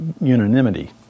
unanimity